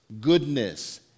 goodness